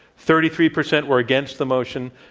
thirty three percent were against the motion,